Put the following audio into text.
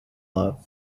love